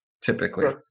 typically